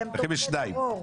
לכם יש שניים.